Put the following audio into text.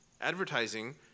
Advertising